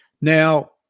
Now